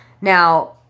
Now